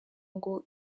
ngo